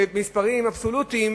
במספרים אבסולוטיים,